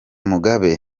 mugabe